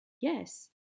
yes